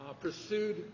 pursued